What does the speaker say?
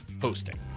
hosting